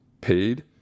paid